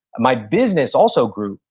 my business also grew.